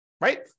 right